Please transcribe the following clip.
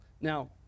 Now